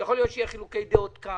יכול להיות שיהיו חילוקי דעות כאן,